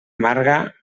amarga